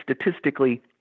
statistically